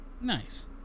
Nice